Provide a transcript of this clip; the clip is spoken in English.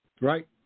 Right